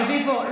רביבו,